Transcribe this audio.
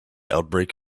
outbreak